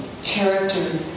character